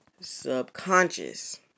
subconscious